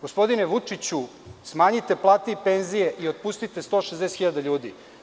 Gospodine Vučiću, smanjite plate i penzije i otpustite 160.000 ljudi.